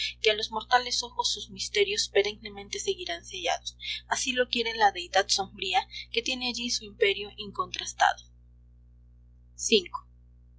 que a los mortales ojos sus misterios perennemente seguirán sellados así lo quiere la deidad sombría que tiene allí su imperio incontrastado v